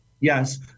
Yes